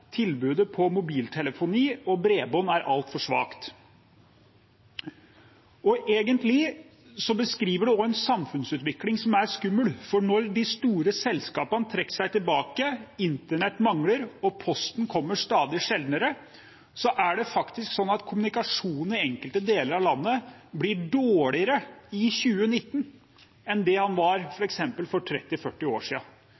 mobiltelefoni og bredbånd er altfor svakt. Egentlig beskriver det også en samfunnsutvikling som er skummel, for når de store selskapene trekker seg tilbake, internett mangler og posten kommer stadig sjeldnere, er kommunikasjonen i enkelte deler av landet dårligere i 2019 enn f.eks. for 30–40 år siden. Det er et stort paradoks, med all den teknologien som nå er tilgjengelig – og tilgjengelig for